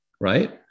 right